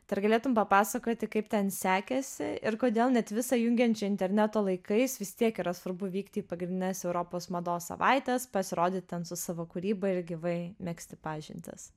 tai ar galėtum papasakoti kaip ten sekėsi ir kodėl net visa jungiančia interneto laikais visi tiek yra svarbu vykti į pagrindines europos mados savaites pasirodyt ten su savo kūryba ir gyvai megzti pažintis